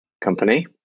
company